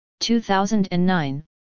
2009